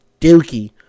dookie